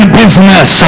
business